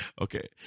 Okay